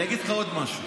אני אגיד לך עוד משהו,